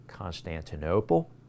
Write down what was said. Constantinople